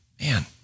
man